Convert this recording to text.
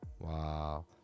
Wow